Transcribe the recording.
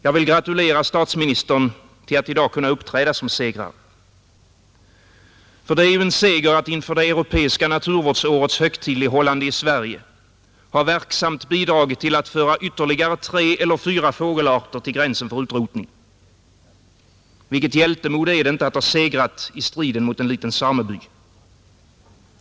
Jag vill gratulera statsministern till att i dag kunna uppträda som segrare, För det är ju en seger att inför det europeiska naturvårdsårets högtidlighållande i Sverige ha verksamt bidragit att föra ytterligare tre eller fyra fågelarter till gränsen för utrotning. Vilket hjältemod är det inte att ha segrat i striden mot en liten sameby.